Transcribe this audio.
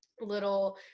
little